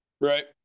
Right